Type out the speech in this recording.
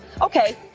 Okay